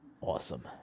Awesome